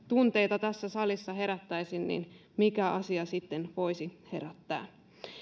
tunteita tässä salissa herättäisi niin mikä asia sitten voisi herättää